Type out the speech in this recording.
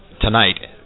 tonight